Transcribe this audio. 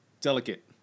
delicate